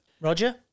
Roger